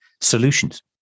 solutions